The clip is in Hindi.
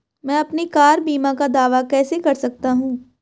मैं अपनी कार बीमा का दावा कैसे कर सकता हूं?